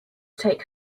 take